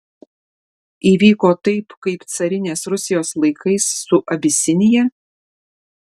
įvyko taip kaip carinės rusijos laikais su abisinija